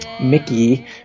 Mickey